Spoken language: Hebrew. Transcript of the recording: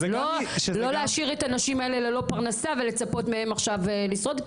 לא להשאיר את הנשים האלה ללא פרנסה ולצפות מהן עכשיו לשרוד,